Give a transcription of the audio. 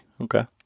Okay